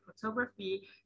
photography